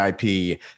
IP